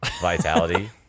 Vitality